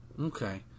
Okay